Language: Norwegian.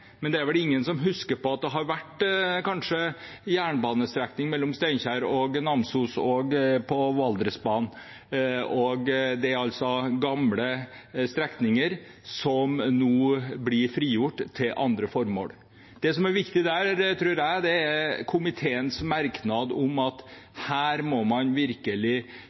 men det er vel ingen som husker på at det har vært en jernbanestrekning mellom Steinkjer og Namsos og på Valdresbanen. Dette er altså gamle strekninger som nå blir frigjort til andre formål. Det som er viktig der, tror jeg, er komiteens merknad om at her må man virkelig